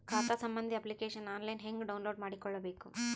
ಖಾತಾ ಸಂಬಂಧಿ application online ಹೆಂಗ್ ಡೌನ್ಲೋಡ್ ಮಾಡಿಕೊಳ್ಳಬೇಕು?